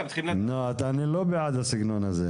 אני לא בעד הסגנון הזה.